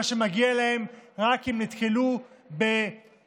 שמגיע להם רק כי הם נתקלו בביורוקרטיה,